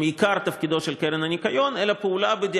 מעיקר תפקידה של הקרן לשמירת הניקיון,